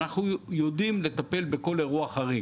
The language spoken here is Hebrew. אנחנו יודעים לטפל בכל אירוע חריג.